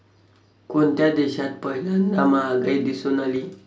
कोणत्या देशात पहिल्यांदा महागाई दिसून आली?